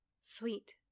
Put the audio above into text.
sweet